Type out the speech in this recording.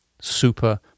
super